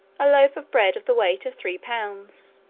a loaf of bread of the weight of three pounds,